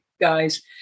guys